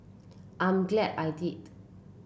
I'm glad I did